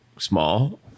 Small